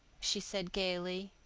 she said gayly.